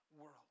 world